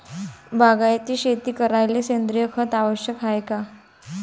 बागायती शेती करायले सेंद्रिय खत आवश्यक हाये का?